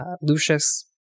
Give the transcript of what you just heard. Lucius